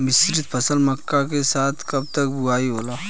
मिश्रित फसल मक्का के साथ कब तक बुआई होला?